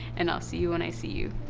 and i'll see you when i see you.